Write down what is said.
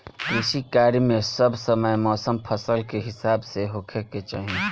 कृषि कार्य मे सब समय मौसम फसल के हिसाब से होखे के चाही